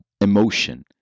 emotion